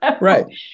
Right